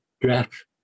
draft